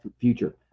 future